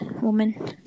woman